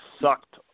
sucked